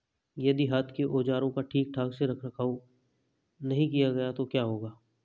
यदि हाथ के औजारों का ठीक से रखरखाव नहीं किया गया तो क्या होगा?